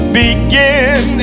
begin